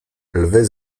lwy